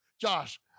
Josh